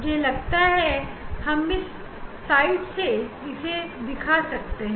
मुझे लगता है हम इस साइड से इससे दिखा सकते